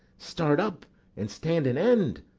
start up and stand an end.